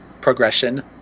progression